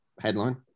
headline